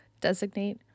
designate